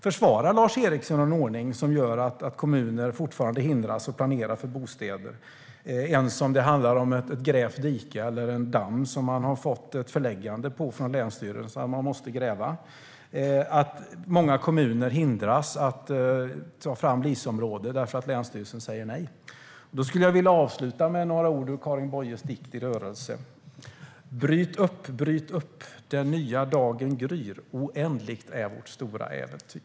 Förvarar Lars Eriksson en ordning som gör att kommuner fortfarande hindras att planera för bostäder? Det kan handla om ett dike eller en damm som man har fått ett förläggande om från länsstyrelsen att man måste gräva? Många kommuner hindras att ta fram LIS-områden därför att länsstyrelsen säger nej. Jag vill avsluta med några ord ur Karin Boyes dikt I rörelse : "Bryt upp, bryt upp! Den nya dagen gryr. Oändligt är vårt stora äventyr."